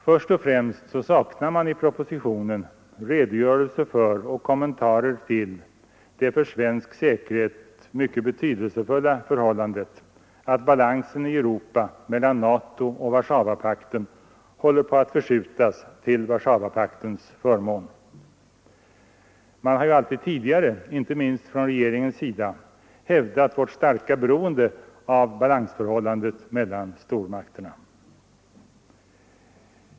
Först och främst saknar man i propositionen en redogörelse för och kommentarer till det för svensk säkerhet mycket betydelsefulla förhållandet att balansen i Europa mellan NATO och Warszawapakten håller på att förskjutas till Warszawapaktens förmån. Man har ju alltid tidigare — inte minst från regeringens sida — hävdat vårt starka beroende av balansförhållandet mellan stormakterna.